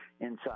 inside